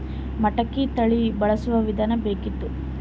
ಮಟಕಿ ತಳಿ ಬಳಸುವ ವಿಧಾನ ಬೇಕಿತ್ತು?